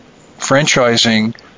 franchising